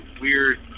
weird